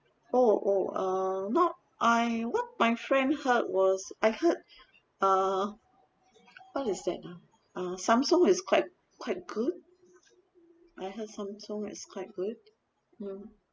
oh oh uh not I what my friend heard was I heard uh what is that ah ah samsung is quite quite good I heard samsung is quite good mm